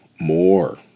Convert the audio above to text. more